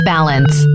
Balance